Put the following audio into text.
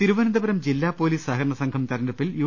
തിരുവനന്തപുരം ജില്ലാ പൊലീസ് സഹകരണ സംഘം തെരഞ്ഞെ ടുപ്പിൽ യു